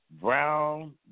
brown